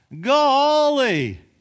golly